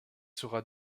sera